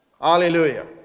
Hallelujah